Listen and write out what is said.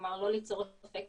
כלומר לא ליצור אפקט